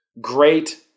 Great